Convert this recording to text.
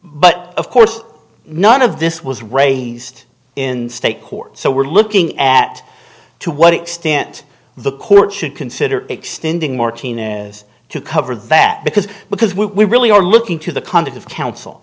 but of course none of this was raised in state court so we're looking at to what extent the court should consider extending martinez to cover that because because we really are looking to the conduct of coun